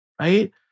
Right